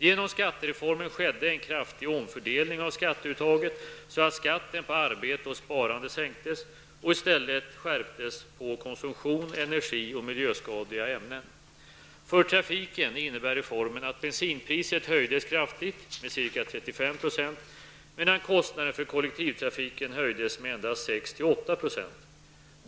Genom skattereformen skedde en kraftig omfördelning av skatteuttaget, så att skatten på arbete och sparande sänktes och i stället skärptes på konsumtion, energi och miljöskadliga ämnen. För trafiken innebar reformen att bensinpriset höjdes kraftigt, med ca 35 %, medan kostnaden för kollektivtrafiken höjdes med endast 6--8 %.